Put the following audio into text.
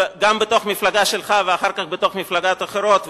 גם בתוך המפלגה שלך ואחר כך בתוך מפלגות אחרות,